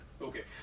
Okay